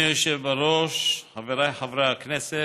אדוני היושב בראש, חבריי חברי הכנסת,